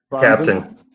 Captain